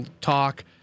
talk